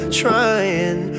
trying